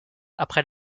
après